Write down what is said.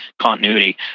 continuity